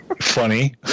Funny